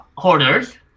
Hoarders